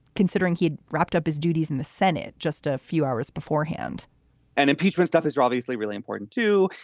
considering he'd wrapped up his duties in the senate just a few hours beforehand and impeachment stuff is obviously really important, too.